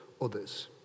others